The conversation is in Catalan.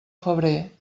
febrer